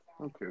Okay